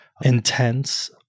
intense